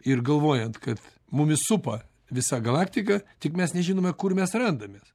ir galvojant kad mumis supa visa galaktika tik mes nežinome kur mes randamės